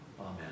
Amen